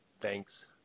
Thanks